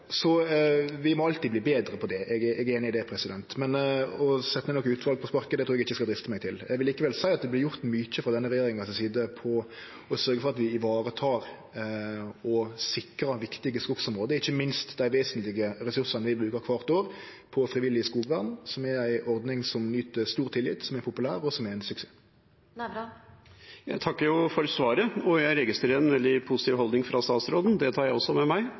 Vi må alltid bli betre på det, eg er einig i det, men å setje ned noko utval på sparket trur eg ikkje eg skal driste meg til. Eg vil likevel seie at det vert gjort mykje frå denne regjeringa si side for å sørgje for at vi varetek og sikrar viktige skogsområde, ikkje minst dei vesentlege ressursane vi bruker kvart år på frivillig skogvern, som er ei ordning som nyter stor tillit, som er populær, og som er ein suksess. Jeg takker for svaret, og jeg registrerer en veldig positiv holdning fra statsråden. Det tar jeg også med meg.